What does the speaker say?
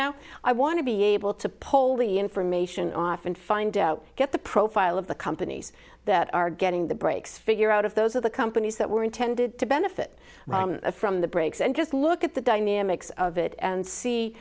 now i want to be able to pull the information off and find out get the profile of the companies that are getting the breaks figure out of those of the companies that were intended to benefit from the brakes and just look at the dynamics of it and see